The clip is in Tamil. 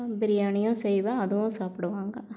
பிரியாணியும் செய்வேன் அதுவும் சாப்பிடுவாங்க